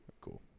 Cool